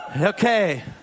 Okay